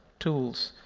tools,